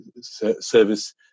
service